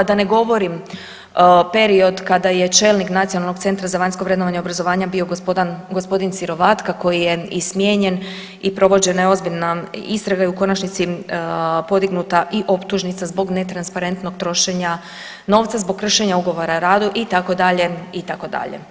Da ne govorim period kada je čelnik Nacionalnog centra za vanjsko vrednovanje obrazovanja bio gospodin Sirovatka koji je i smijenjen i provođena je ozbiljna istraga i u konačnici podignuta i optužnica zbog netransparentnog trošenja novca, zbog kršenja ugovora o radu itd., itd.